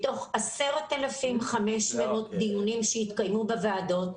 מתוך 10,500 דיונים שהתקיימו בוועדות,